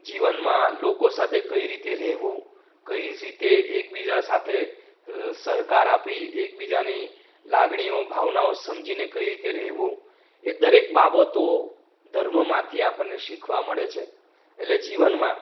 જીવનમાં લોકો સાથે કઈ રીતે રહેવું કઈ રીતે એક બીજા સાથે સહકાર આપી એક બીજાની લાગણીઓ ભાવનાઓ સમજીને કઈ રીતે રહેવું એ દરેક બાબતો ધર્મમાંથી આપણને શીખવા મળે છે એટલે જીવનમાં